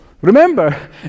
Remember